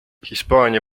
hispaania